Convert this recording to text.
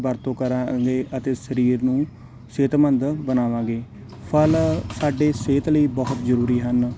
ਵਰਤੋਂ ਕਰਾਂਗੇ ਅਤੇ ਸਰੀਰ ਨੂੰ ਸਿਹਤਮੰਦ ਬਣਾਵਾਂਗੇ ਫ਼ਲ ਸਾਡੇ ਸਿਹਤ ਲਈ ਬਹੁਤ ਜ਼ਰੂਰੀ ਹਨ